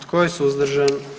Tko je suzdržan?